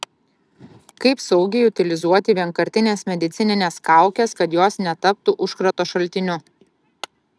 kaip saugiai utilizuoti vienkartines medicinines kaukes kad jos netaptų užkrato šaltiniu